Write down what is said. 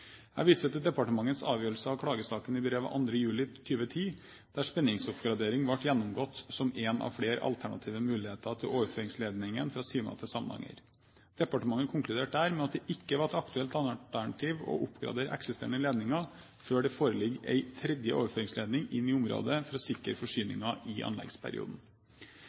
Jeg viser til departementets avgjørelse av klagesaken i brev av 2. juli 2010, der spenningsoppgradering ble gjennomgått som en av flere alternative muligheter til overføringsledningen fra Sima til Samnanger. Departementet konkluderte der med at det ikke var et aktuelt alternativ å oppgradere eksisterende ledninger før det foreligger en tredje overføringsledning inn til området for å sikre forsyningen i anleggsperioden.